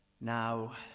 Now